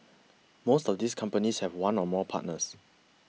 most of these companies have one or more partners